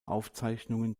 aufzeichnungen